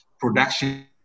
production